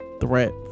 threat